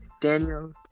Daniel